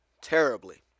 Terribly